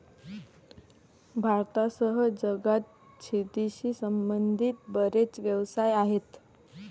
भारतासह जगात शेतीशी संबंधित बरेच व्यवसाय आहेत